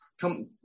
come